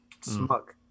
smug